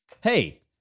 Hey